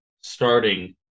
starting